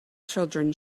children